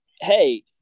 hey